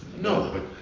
No